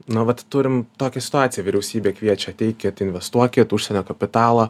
nu vat turim tokią situaciją vyriausybė kviečia ateikit investuokit užsienio kapitalą